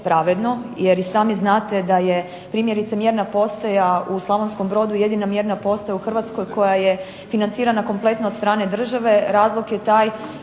pravedno jer i sami znate da je primjerice mjerna postaja u Slavonskom Brodu jedina mjerna postaja u Hrvatskoj koja je financirana kompletno od strane države. Razlog je taj